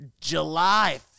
July